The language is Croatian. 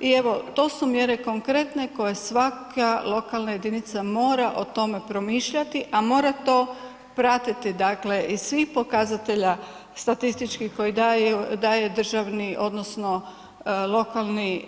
I evo to su mjere konkretne koje svaka lokalna jedinica mora o tome promišljati, a mora to pratiti dakle iz svih pokazatelja statističkih koje daje državni odnosno lokalni